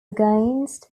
against